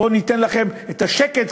בואו ניתן לכם את השקט,